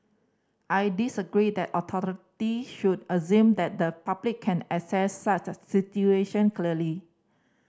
I disagree that authority should assume that the public can assess such a situation clearly